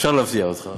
אפשר להפתיע אותך.